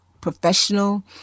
professional